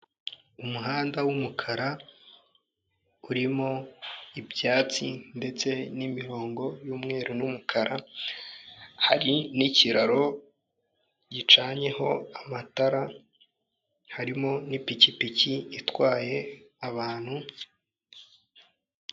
Umuhanda w'umukara urimo ibyatsi ndetse n'imirongo y'umweru n'umukara, hari n'ikiraro gicanyeho amatara harimo n'ipikipiki itwaye abantu...